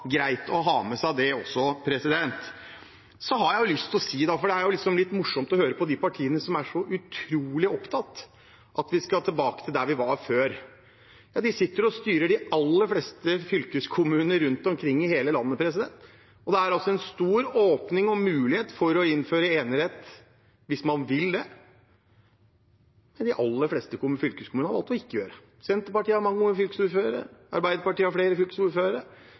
litt morsomt å høre på de partiene som er så utrolig opptatt av at vi skal tilbake til der vi var før: De sitter og styrer de aller fleste fylkeskommuner rundt omkring i hele landet. Det er stor åpning og mulighet for å innføre enerett hvis man vil det. Men de aller fleste fylkeskommunene har valgt å ikke gjøre det. Senterpartiet har mange fylkesordførere, Arbeiderpartiet har flere fylkesordførere.